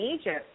Egypt